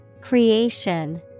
Creation